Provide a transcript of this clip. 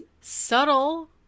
subtle